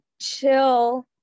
chill